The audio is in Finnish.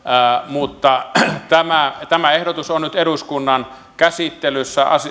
mutta tämä tämä ehdotus on nyt eduskunnan käsittelyssä